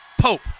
pope